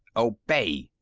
obey!